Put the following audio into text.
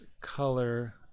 color